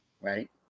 right